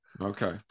Okay